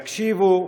יקשיבו,